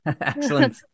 Excellent